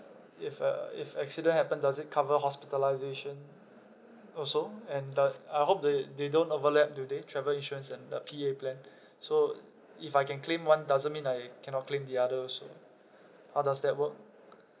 if uh if accident happen does it cover hospitalisation also and do~ I hope they they don't overlap do they travel insurance and the P_A plan so if I can claim one doesn't mean I cannot claim the other also how does that work